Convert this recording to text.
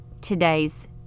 today's